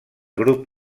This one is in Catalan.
grup